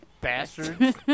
bastard